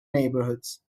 neighborhoods